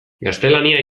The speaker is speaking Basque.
gaztelania